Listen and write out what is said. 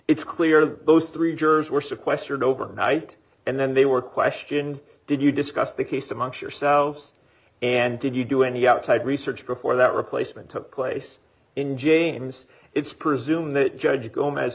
it's clear that those three jurors were sequestered overnight and then they were questioned did you discuss the case amongst yourselves and did you do any outside research before that replacement took place in james it's presumed that judge